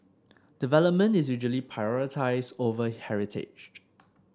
development is usually prioritised over heritage